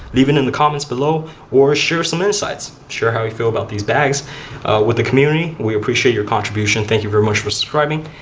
leave it and in the comments below or share some insights. share how you feel about these bags with the community we appreciate your contribution. thank you very much for subscribing.